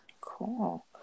Cool